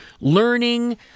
learning